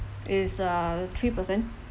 is uh three percent